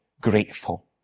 grateful